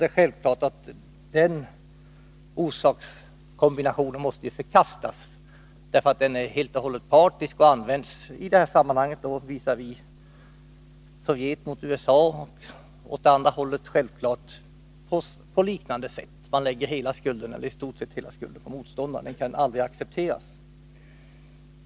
Det är självklart att den orsakskombinationen måste förkastas, därför att den är helt och hållet partisk. Den används av Sovjet visavi USA och tvärtom. Man lägger i stort sett hela skulden på motståndaren. Denna förklaring kan aldrig accepteras.